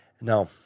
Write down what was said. No